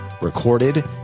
recorded